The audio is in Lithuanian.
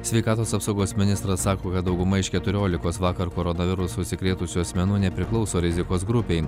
sveikatos apsaugos ministras sako kad dauguma iš keturiolikos vakar koronavirusu užsikrėtusių asmenų nepriklauso rizikos grupei